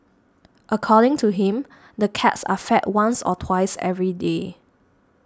according to him the cats are fed once or twice every day